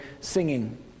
singing